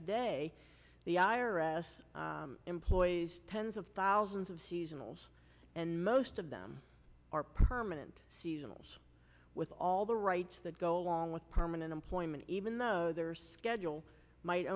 today the i r s employs tens of thousands of seasonals and most of them are permanent seasonal with all the rights that go along with permanent employment even though their schedule might